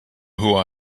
who